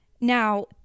Now